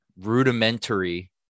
rudimentary